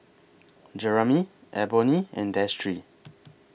Jeramy Eboni and Destry